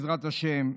בעזרת השם,